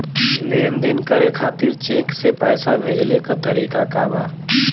लेन देन करे खातिर चेंक से पैसा भेजेले क तरीकाका बा?